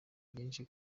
byinshi